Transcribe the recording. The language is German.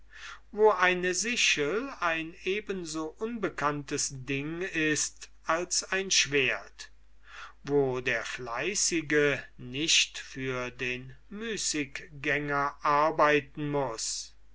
wo eine sichel ein eben so unbekanntes ding ist als ein schwert wo der fleißige nicht für den müßiggänger arbeiten muß